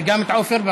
וגם את עפר.